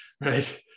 right